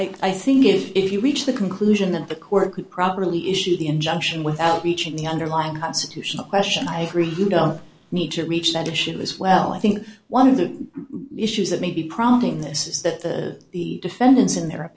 i i think if you reach the conclusion that the court could properly issue the injunction without breaching the underlying constitutional question i really don't need to reach that issue as well i think one of the issues that may be prompting this is that the the defendants in their